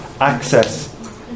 access